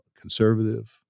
conservative